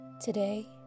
today